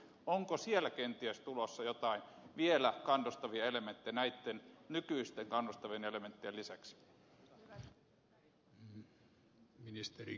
onko siellä kenties tulossa joitain vielä kannustavia elementtejä näitten nykyisten kannustavien elementtien lisäksi hän on ministeri